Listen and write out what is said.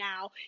now